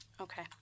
Okay